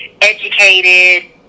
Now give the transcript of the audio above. educated